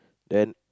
then